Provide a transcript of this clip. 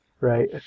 Right